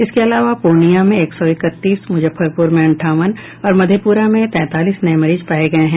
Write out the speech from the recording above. इसके अलावा पूर्णिया में एक सौ इकतीस मुजफ्फरपुर में अंठावन और मधेपुरा में तैंतालीस नये मरीज पाये गये हैं